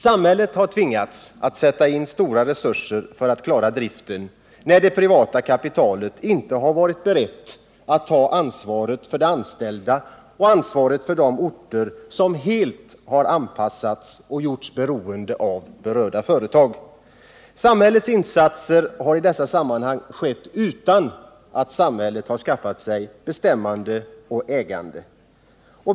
Samhället har tvingats att sätta in stora resurser för att klara driften när det privata kapitalet inte har varit berett att ta ansvar för anställda och för de orter som helt har anpassats till och gjorts beroende av berörda företag. Samhällets insatser har i dessa sammanhang skett utan att samhället har skaffat sig bestämmande och ägande.